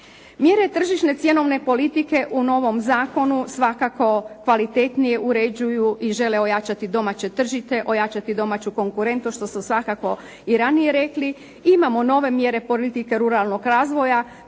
Mjere tržišne cjenovne politike u novom zakonu, svakako kvalitetnije uređuju i žele ojačati domaće tržište, ojačati domaću konkurentnost što smo svakako i ranije rekli. Imamo nove mjere politike ruralnog razvoja